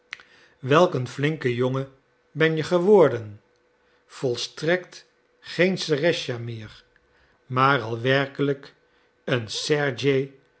een flinke jongen ben je geworden volstrekt geen serëscha meer maar al werkelijk een sergej